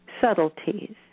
subtleties